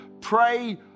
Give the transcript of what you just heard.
Pray